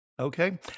Okay